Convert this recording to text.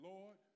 Lord